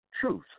truth